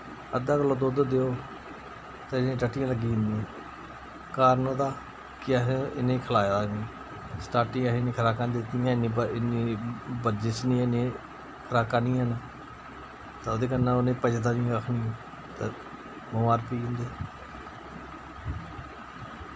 अद्धा किल्लो दुध्द देओ ते इ'नें टट्टियां लग्गी जंदियां कारण ओह्दा कि अस इ'नें खलाए दा निं स्टार्टिंग असैं इ'नें खराकां निं दित्तियां इन्नी ब इन्नी बर्जिश निं ऐ इन्नी खराकां निं हैन तां उ'दे कन्नै उ'ने पचदा वी कक्ख निं ते बमार पेई जन्दे